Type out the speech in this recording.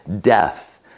death